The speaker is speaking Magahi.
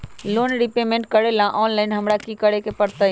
लोन रिपेमेंट करेला ऑनलाइन हमरा की करे के परतई?